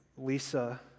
Lisa